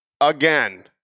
Again